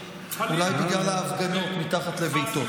אולי בגלל ההפגנות מתחת לביתו.